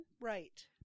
Right